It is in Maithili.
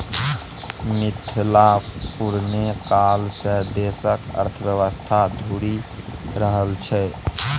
मिथिला पुरने काल सँ देशक अर्थव्यवस्थाक धूरी रहल छै